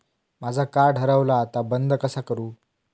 माझा कार्ड हरवला आता बंद कसा करू?